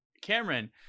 Cameron